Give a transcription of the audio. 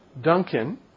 Duncan